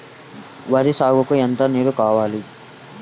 వరి సాగుకు ఎంత నీరు కావాలి?